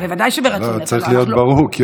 צריך להיות ברור.